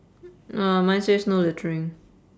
uh mine says no littering